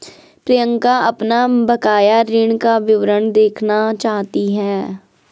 प्रियंका अपना बकाया ऋण का विवरण देखना चाहती है